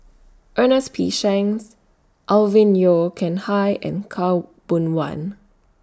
Ernest P Shanks Alvin Yeo Khirn Hai and Khaw Boon Wan